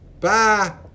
Bye